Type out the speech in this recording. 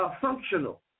functional